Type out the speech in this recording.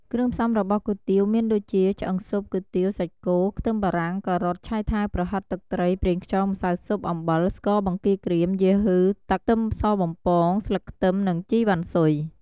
គ្រឿងផ្សំរបស់គុយទាវមានដូចជា ឆ្អឺងស៊ុប គុយទាវ សាច់គោ ខ្ទឹមបារាំង ការ៉ុត ឆៃថាវ ប្រហិត ទឹកត្រី ប្រេងខ្យង ម្សៅស៊ុប អំបិល ស្ករ បង្គាក្រៀម យូហឺ ទឹក ខ្ទឹមសបំពង ស្លឹកខ្ទឹម និងជីវ៉ាន់ស៊ុយ។